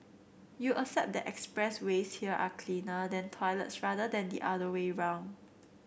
you accept that expressways here are cleaner than toilets rather than the other way round